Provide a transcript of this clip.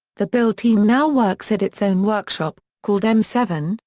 the build team now works at its own workshop, called m seven,